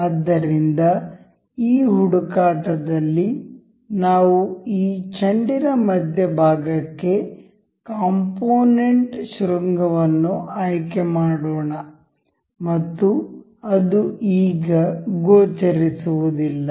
ಆದ್ದರಿಂದ ಈ ಹುಡುಕಾಟದಲ್ಲಿ ನಾವು ಈ ಚೆಂಡಿನ ಮಧ್ಯಭಾಗಕ್ಕೆ ಕಾಂಪೊನೆಂಟ್ ಶೃಂಗವನ್ನು ಆಯ್ಕೆ ಮಾಡೋಣ ಮತ್ತು ಅದು ಈಗ ಗೋಚರಿಸುವುದಿಲ್ಲ